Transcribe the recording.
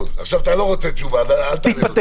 התשובה היא לא.